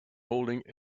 holding